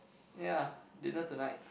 ya did not tonight